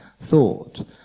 thought